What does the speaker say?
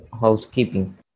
housekeeping